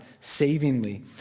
savingly